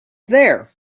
there